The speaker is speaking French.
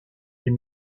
les